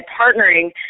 partnering